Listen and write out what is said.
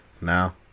now